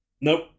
Nope